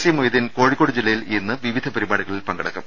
C Moideen Kozhikode ജില്ലയിൽ ഇന്ന് വിവിധ പരിപാ ടികളിൽ പങ്കെടുക്കും